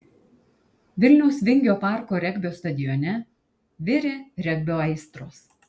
vilniaus vingio parko regbio stadione virė regbio aistros